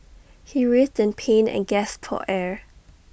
he writhed in pain and gasped for air